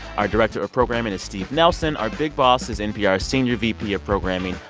our director of programming is steve nelson. our big boss is npr's senior vp of programming,